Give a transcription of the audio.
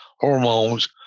hormones